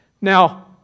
Now